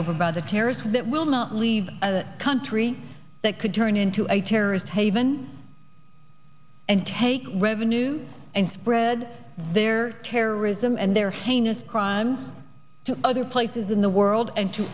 over by the terrorists that will not leave the country that could turn into a terrorist haven and take revenue and spread their terrorism and their heinous crimes to other places in the world and to